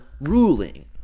Ruling